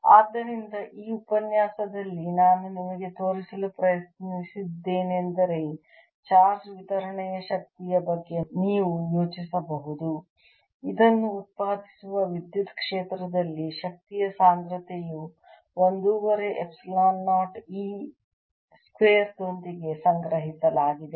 ಆದ್ದರಿಂದ ಈ ಉಪನ್ಯಾಸದಲ್ಲಿ ನಾನು ನಿಮಗೆ ತೋರಿಸಲು ಪ್ರಯತ್ನಿಸಿದ್ದೇನೆಂದರೆ ಚಾರ್ಜ್ ವಿತರಣೆಯ ಶಕ್ತಿಯ ಬಗ್ಗೆ ನೀವು ಯೋಚಿಸಬಹುದು ಇದನ್ನು ಉತ್ಪಾದಿಸುವ ವಿದ್ಯುತ್ ಕ್ಷೇತ್ರದಲ್ಲಿ ಶಕ್ತಿಯ ಸಾಂದ್ರತೆಯು ಒಂದೂವರೆ ಎಪ್ಸಿಲಾನ್ 0 E ಸ್ಕ್ವೇರ್ ದೊಂದಿಗೆ ಸಂಗ್ರಹಿಸಲಾಗಿದೆ